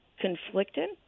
conflicted